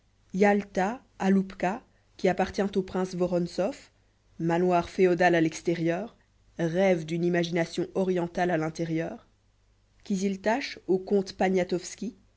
yalta aloupka qui appartient au prince woronsow manoir féodal à l'extérieur rêve d'une imagination orientale à l'intérieur kisil tasch au comte